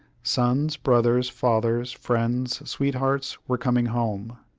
sons, brothers, fathers, friends, sweethearts were coming home.